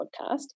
podcast